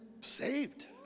saved